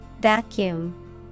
Vacuum